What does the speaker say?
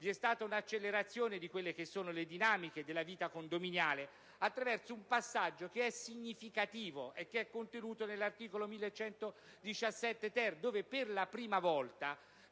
Vi è stata un'accelerazione delle dinamiche della vita condominiale attraverso un passaggio significativo contenuto nell'articolo 1117*-ter*, dove per la prima volta,